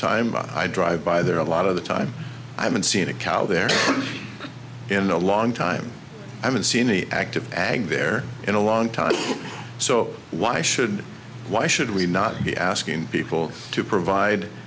time i drive by there a lot of the time i haven't seen a cow there in a long time i haven't seen any active ag there in a long time so why should why should we not be asking people to provide